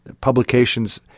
publications